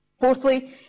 Fourthly